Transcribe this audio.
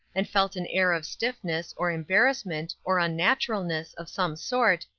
and felt an air of stiffness, or embarrassment, or unnaturalness, of some sort,